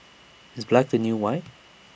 is black the new white